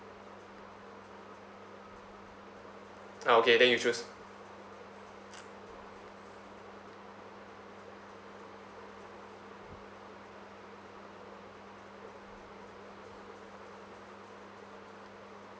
ah okay then you choose